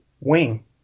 wing